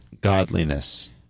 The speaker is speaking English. godliness